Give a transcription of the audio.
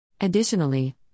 Additionally